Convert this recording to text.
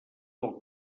del